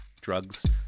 drugs